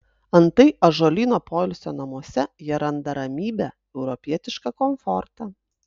antai ąžuolyno poilsio namuose jie randa ramybę europietišką komfortą